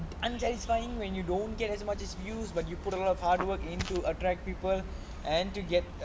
unsatisfying when you don't get as much as views but you put on a lot of hard work into attract people and to get